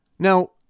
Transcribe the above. Now